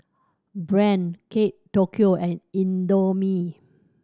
Brand Kate Tokyo and Indomie